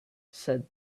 said